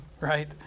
right